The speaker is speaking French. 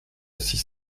six